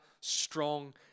strong